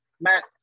Matt